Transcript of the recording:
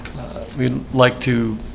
we'd like to